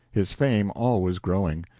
his fame always growing.